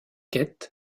quête